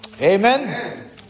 Amen